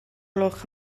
gloch